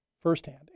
firsthand